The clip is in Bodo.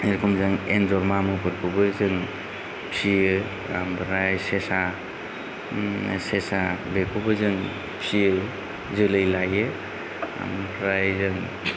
जेरख'म जों एनजर मामुफोरखौबो जों फियो आमफ्राय सेसा सेसा बेखौबो जों फियो जोलै लायो आमफ्राय जों